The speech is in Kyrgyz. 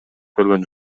көргөн